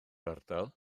ardal